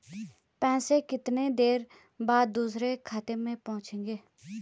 पैसे कितनी देर बाद दूसरे खाते में पहुंचेंगे?